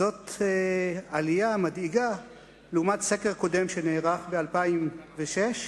זאת עלייה מדאיגה לעומת סקר קודם, שנערך ב-2006,